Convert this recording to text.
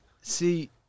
See